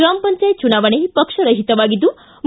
ಗ್ರಾಮ ಪಂಚಾಯತ್ ಚುನಾವಣೆ ಪಕ್ಷ ರಹಿತವಾಗಿದ್ಲು